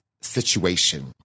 situation